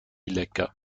lecker